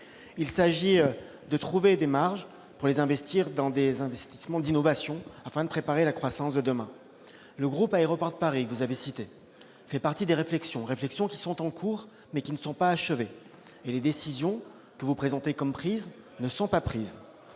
Il s'agit de trouver des marges pour les investir dans des investissements d'innovation, afin de préparer la croissance de demain. Le groupe Aéroports de Paris, que vous avez cité, monsieur le sénateur, est inclus dans les réflexions, lesquelles sont en cours, mais ne sont pas achevées. Les décisions que vous présentez comme prises ne le sont pas.